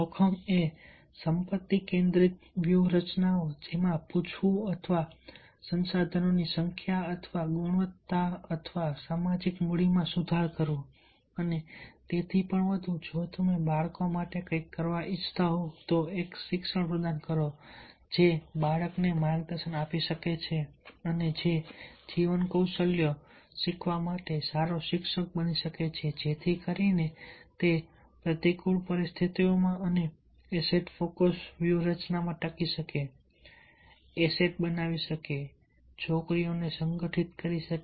જોખમ એ સંપત્તિ કેન્દ્રિત વ્યૂહરચનાઓ જેમાં પૂછવું અથવા સંસાધનોની સંખ્યા અથવા ગુણવત્તા અથવા સામાજિક મૂડીમાં સુધારો કરવો અને તેથી પણ વધુ જો તમે બાળકો માટે ઇચ્છતા હોવ તો એક શિક્ષક પ્રદાન કરો જે બાળકને માર્ગદર્શન આપી શકે અને જે જીવન કૌશલ્યો શીખવવા માટે સારો શિક્ષક બની શકે જેથી કરીને તે પ્રતિકૂળ પરિસ્થિતિઓમાં અને એસેટ ફોકસ વ્યૂહરચનામાં ટકી શકે એસેટ બનાવી શકે છોકરીઓને સંગઠિત કરી શકે